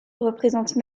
représentent